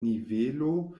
nivelo